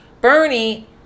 Bernie